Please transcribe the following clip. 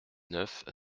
neuf